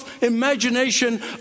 imagination